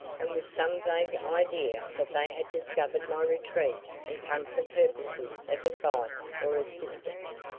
and with some vague idea that they had discovered my retreat and come for purposes of advice or assistance,